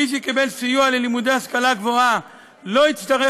מי שיקבל סיוע ללימודי השכלה גבוהה לא יצטרך